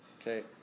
Okay